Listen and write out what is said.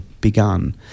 begun